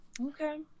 okay